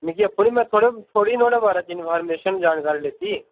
मिगी अपने में थोह्ड़े नोआड़े बारे च इंफरमेशन जानकारी लैती